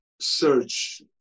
search